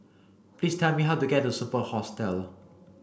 please tell me how to get to Superb Hostel